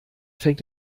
fängt